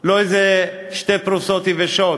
לא איזה שתי פרוסות יבשות